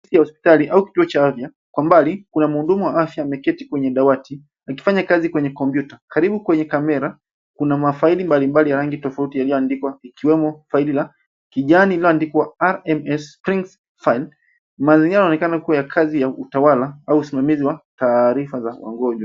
Hii ni hospitali au kituo cha afya. Kwa mbali, kuna mhudumu wa afya ameketi kwenye dawati, akifanya kazi kwenye kompyuta. Karibu kwenye kamera, kuna mafaili mbalimbali ya rangi tofauti yaliyoandikwa, ikiwemo faili la kijani iliyoandikwa R.M.S Spring File. Mazingira inaonekana kuwa ya kazi ya utawala au usimamizi wa taarifa za magonjwa.